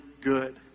good